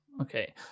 okay